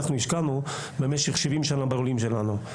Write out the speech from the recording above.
אנחנו השקענו במשך 70 שנים בלולים שלנו.